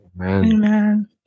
Amen